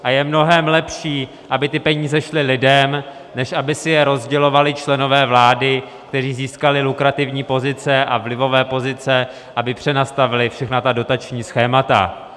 A je mnohem lepší, aby ty peníze šly lidem, než aby si je rozdělovali členové vlády, kteří získali lukrativní pozice a vlivové pozice, aby přenastavili všechna dotační schémata.